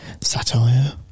satire